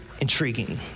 intriguing